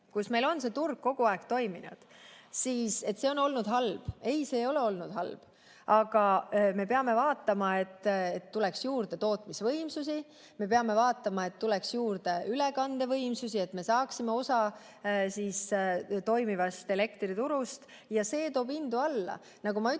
et meil on see turg kogu aeg toiminud, on olnud halb. Ei, see ei ole olnud halb, aga me peame vaatama, et tuleks juurde tootmisvõimsusi, me peame vaatama, et tuleks juurde ülekandevõimsusi, et me saaksime osa toimivast elektriturust ja see toob hindu alla.